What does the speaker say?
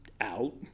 Out